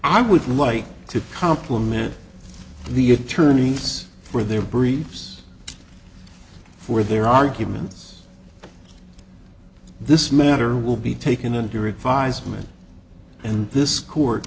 i would like to compliment the attorneys for their briefs for their arguments that this matter will be taken and your advisement and this court